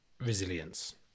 resilience